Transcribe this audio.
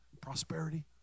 prosperity